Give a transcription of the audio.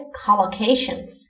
collocations